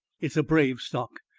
it's a brave stock.